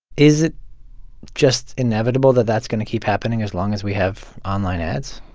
is it just inevitable that that's going to keep happening, as long as we have online ads?